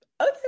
Okay